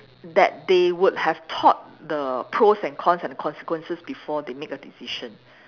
that they would have thought the pros and cons and consequences before they make a decision